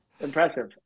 Impressive